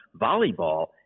volleyball